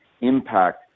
impact